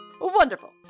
Wonderful